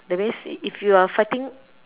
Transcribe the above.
that means if you are fighting